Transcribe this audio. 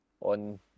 on